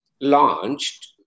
launched